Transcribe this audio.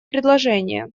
предложение